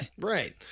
Right